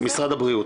משרד הבריאות,